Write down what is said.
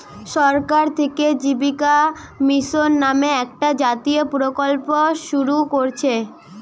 সরকার থিকে জীবিকা মিশন নামে একটা জাতীয় প্রকল্প শুরু কোরছে